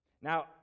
Now